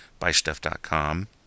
buystuff.com